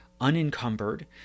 unencumbered